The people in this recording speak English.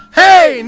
hey